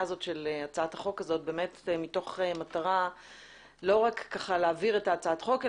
הזאת של הצעת החוק הזאת מתוך מטרה לא רק להעביר את הצעת החוק,